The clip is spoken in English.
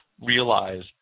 realize